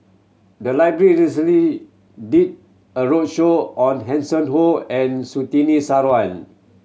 the library recently did a roadshow on Hanson Ho and Sutini Sarwan